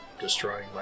destroying